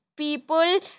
People